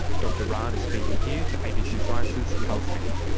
dr rahn is speaking here to abc science's carl smith.